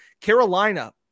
Carolina